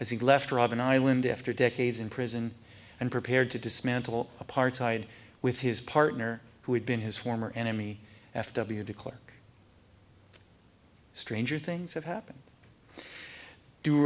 as he left robben island after decades in prison and prepared to dismantle apartheid with his partner who had been his former enemy f w de klerk stranger things have happened d